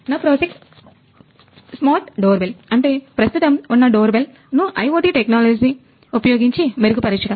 నా project smart door bell అంటే ప్రస్తుతం ఉన్న డోర్ బెల్ ను IoT technology ఉపయోగించి మెరుగు పరచుట